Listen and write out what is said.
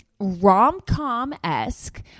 rom-com-esque